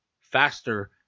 faster